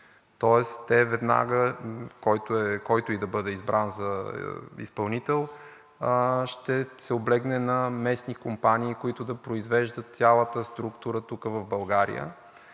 Тоест, който и да бъде избран за изпълнител, веднага ще се облегне на местни компании, които да произвеждат цялата структура тук в България.